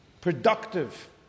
productive